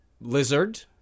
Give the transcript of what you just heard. lizard